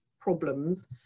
problems